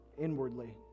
inwardly